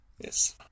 Yes